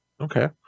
Okay